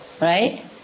right